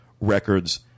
records